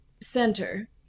center